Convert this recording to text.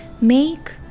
make